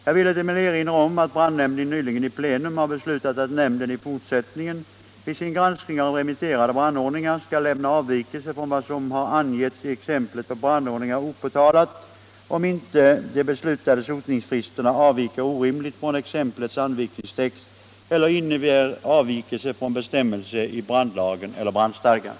Jag vill emellertid erinra om att brandnämnden nyligen i plenum har beslutat att nämnden i fortsättningen vid sin granskning av remitterade brandordningar skall lämna avvikelse från vad som har angetts i exemplet på brandordningar opåtalad, om inte de beslutade sotningsfristerna avviker orimligt från exemplets anvisningstext eller innebär avvikelse från bestämmelse i brandlagen eller brandstadgan.